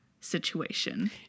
situation